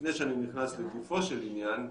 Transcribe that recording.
לפני שאני נכנס לגופו של עניין,